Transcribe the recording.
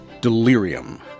delirium